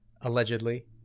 allegedly